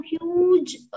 huge